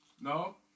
No